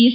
S